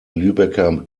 lübecker